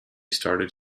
started